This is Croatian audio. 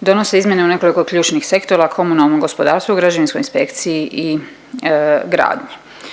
donose izmjene u nekoliko ključnih sektora, komunalnom gospodarstvu, građevinskoj inspekciji i gradnji.